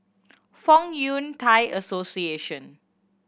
Fong Yun Thai Association